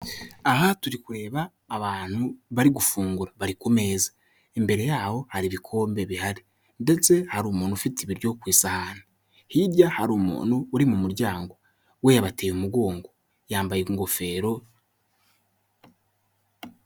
Aha turi kureba abantu bari gufungura bari ku meza, imbere yabo hari ibikombe bihari ndetse hari umuntu ufite ibiryo ku isahani, hirya hari umuntu uri mu muryango we yabateye umugongo yambaye ingofero.